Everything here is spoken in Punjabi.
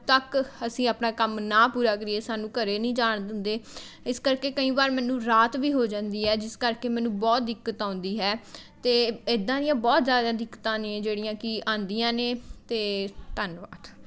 ਤੱਕ ਅਸੀਂ ਆਪਣਾ ਕੰਮ ਨਾ ਪੂਰਾ ਕਰੀਏ ਸਾਨੂੰ ਘਰ ਨਹੀਂ ਜਾਣ ਦਿੰਦੇ ਇਸ ਕਰਕੇ ਕਈ ਵਾਰ ਮੈਨੂੰ ਰਾਤ ਵੀ ਹੋ ਜਾਂਦੀ ਹੈ ਜਿਸ ਕਰਕੇ ਮੈਨੂੰ ਬਹੁਤ ਦਿੱਕਤ ਆਉਂਦੀ ਹੈ ਅਤੇ ਇੱਦਾਂ ਦੀਆਂ ਬਹੁਤ ਜ਼ਿਆਦਾ ਦਿੱਕਤਾਂ ਨੇ ਜਿਹੜੀਆਂ ਕਿ ਆਉਂਦੀਆਂ ਨੇ ਅਤੇ ਧੰਨਵਾਦ